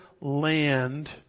land